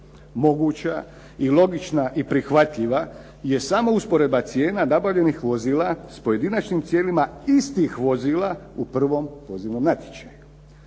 Moguća i logična i prihvatljiva je samo usporedba cijena nabavljenih vozila s pojedinačnim cijenama istih vozila u prvom pozivnom natječaju.